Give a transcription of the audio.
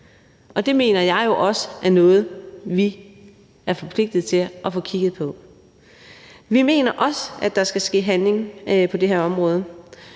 og det mener jeg jo også er noget, vi er forpligtet til at få kigget på. Vi mener også, at der skal ske handling på det her område.